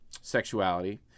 sexuality